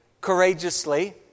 courageously